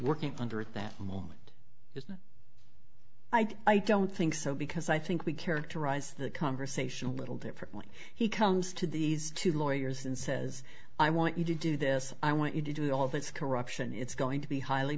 working under at that moment i don't think so because i think we characterize the conversation a little differently he comes to these two lawyers and says i want you to do this i want you to do all this corruption it's going to be highly